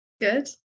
Good